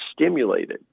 stimulated